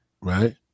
Right